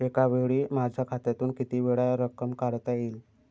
एकावेळी माझ्या खात्यातून कितीवेळा रक्कम काढता येईल?